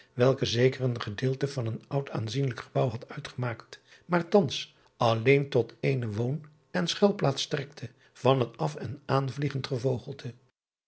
welke zeker een gedeelte van een oud aanzienlijk gebouw had uitgemaakt maar thans alleen tot eene woon en schuilplaats strekte van het af en aanvliegend gevogelte